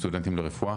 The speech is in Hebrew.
סטודנטים לרפואה.